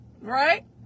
right